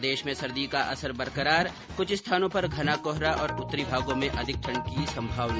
प्रदेश में सर्दी का असर बरकरार कुछ स्थानों पर घना कोहरा और उत्तरी भागों में अधिक ठंड की संभावना